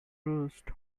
roost